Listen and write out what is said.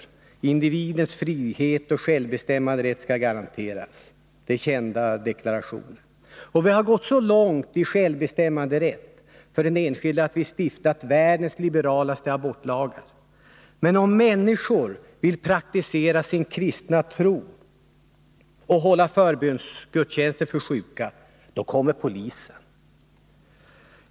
Att individens frihet och självbestämmanderätt skall garanteras är en känd deklaration. Vi har gått så långt när det gäller självbestämmanderätten för den enskilde att vi har stiftat världens liberalaste abortlagar. Men om människor vill praktisera sin kristna tro och hålla förbönsgudstjänster för sjuka — då kommer polisen.